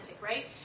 right